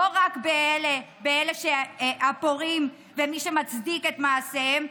לא רק באלה הפורעים ובמי שמצדיק את מעשיהם,